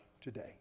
today